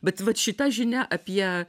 bet vat šita žinia apie